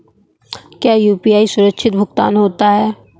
क्या यू.पी.आई सुरक्षित भुगतान होता है?